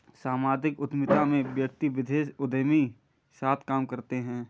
सामाजिक उद्यमिता में व्यक्ति विशेष उदयमी साथ काम करते हैं